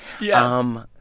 Yes